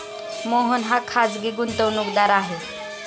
मोहन हा खाजगी गुंतवणूकदार आहे